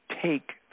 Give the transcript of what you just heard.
take